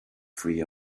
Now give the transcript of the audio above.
free